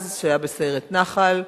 שהיה בסיירת נח"ל.